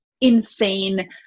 insane